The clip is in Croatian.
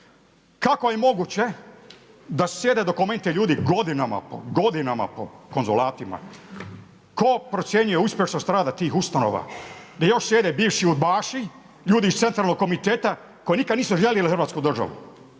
Kako je moguće da sjede za dokumente ljudi godinama, godinama po konzulatima? Tko procjenjuje uspješnost rada tih ustanova gdje još slijede bivši udbaši, ljudi iz centralnog komiteta koji nikada nisu …/Govornik se